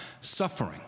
suffering